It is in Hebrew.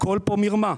אלא הכול כאן מרמה.